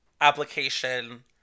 application